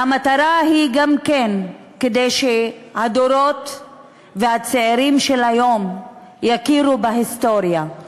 והמטרה היא גם שהדורות והצעירים של היום יכירו את ההיסטוריה,